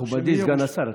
אדוני סגן השר,